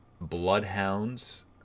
bloodhounds